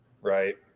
right